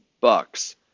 Bucks